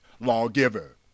lawgiver